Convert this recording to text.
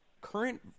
current